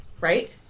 right